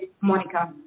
Monica